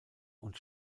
und